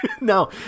No